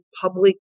public